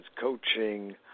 coaching